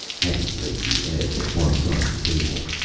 hetty laid the egg at one side of the table.